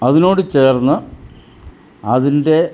അതിനോട് ചേർന്ന് അതിൻ്റെ